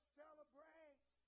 celebrate